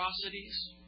atrocities